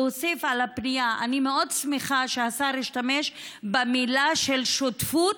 להוסיף על הפנייה: אני מאוד שמחה שהשר השתמש במילה "שותפות",